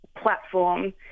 platform